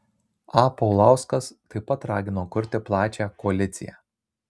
a paulauskas taip pat ragino kurti plačią koaliciją